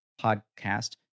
podcast